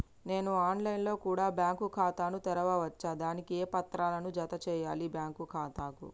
నేను online లో కూడా బ్యాంకు ఖాతా ను తెరవ వచ్చా? దానికి ఏ పత్రాలను జత చేయాలి బ్యాంకు ఖాతాకు?